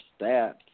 stats